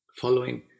following